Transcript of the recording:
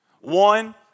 One